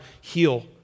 heal